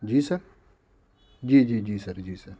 جی sir جی جی جی سر جی سر